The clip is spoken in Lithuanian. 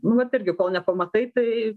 nu vat irgi kol nepamatai tai